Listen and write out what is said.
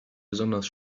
besonders